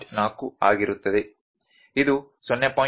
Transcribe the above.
4 ಆಗಿರುತ್ತದೆ ಇದು 0